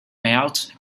moult